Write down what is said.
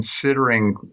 considering